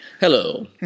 Hello